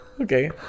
Okay